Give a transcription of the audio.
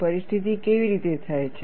પરિસ્થિતિ કેવી રીતે થાય છે